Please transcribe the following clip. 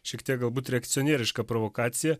šiek tiek galbūt reakcionierišką provokaciją